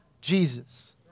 Jesus